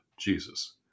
Jesus